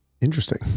Interesting